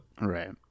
Right